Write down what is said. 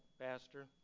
Pastor